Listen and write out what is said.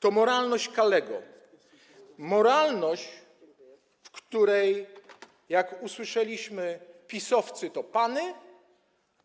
To moralność Kalego, moralność, w której, jak usłyszeliśmy, PiS-owcy to pany,